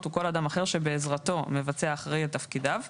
וכל אדם אחר שבעזרתו מבצע האחראי את תפקידיו,